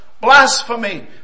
blasphemy